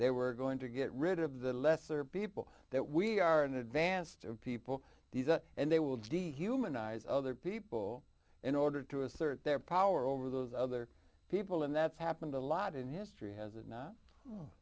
they were going to get rid of the lesser people that we are an advanced people these are and they will dehumanised other people in order to assert their power over those other people and that's happened a lot in history has it not